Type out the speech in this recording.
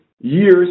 years